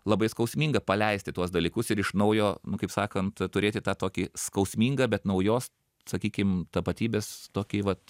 labai skausminga paleisti tuos dalykus ir iš naujo nu kaip sakant turėti tą tokį skausmingą bet naujos sakykim tapatybės tokį vat